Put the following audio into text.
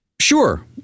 Sure